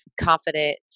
confident